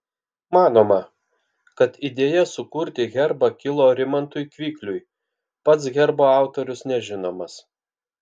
manoma kad idėja sukurti herbą kilo rimantui kvikliui pats herbo autorius nežinomas